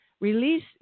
Release